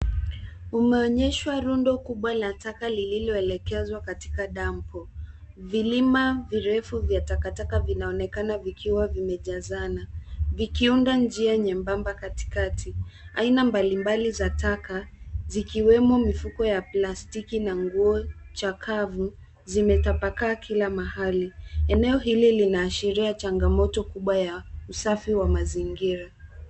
Umeonyeshwa rundo kubwa la taka lililoelekezwa katika dampo. Vilima virefu vya takataka vinaonekana vikiwa vimejazana vikiunda njia nyembamba katikati. Aina mbalimbali za taka zikiwemo mifuko ya plastiki na nguo chakavu zimetapaka kila mahali. Eneo hili linaashiria changamoto kubwa ya usafi wa mazingira.